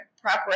proper